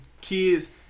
kids